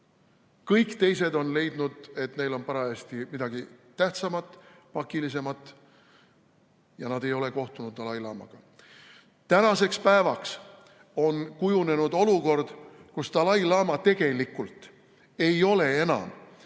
Kõik teised on leidnud, et neil on parajasti midagi tähtsamat, pakilisemat ees, ja nad ei ole kohtunud dalai-laamaga. Tänaseks päevaks on kujunenud olukord, kus dalai-laama tegelikult ei ole enam